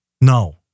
No